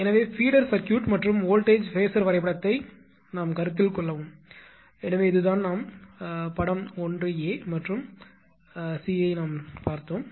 எனவே feeder circuit மற்றும் voltage phasor வரைபடத்தை கருத்தில் கொள்ளவும் எனவே இதுதான் நாம் படம் 1 a மற்றும் c ஐ பார்த்தோம்